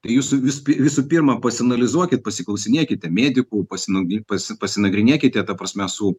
tai jūs vis visų pirma pasianalizuokit pasiklausinėkite medikų pasinauji pasi pasipasinagrinėkite ta prasme su